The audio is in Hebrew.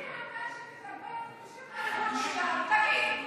מי אתה בכלל שתדבר בשם, תגיד.